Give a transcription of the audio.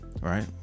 right